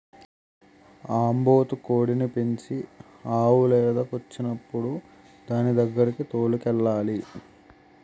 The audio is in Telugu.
ఆంబోతు కోడిని పెంచి ఆవు లేదకొచ్చినప్పుడు దానిదగ్గరకి తోలుకెళ్లాలి